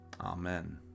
Amen